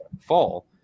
fall